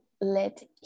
let